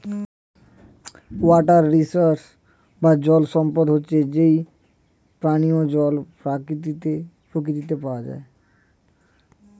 water resource বা জল সম্পদ হচ্ছে যেই পানিও জল প্রকৃতিতে পাওয়া যায়